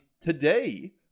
today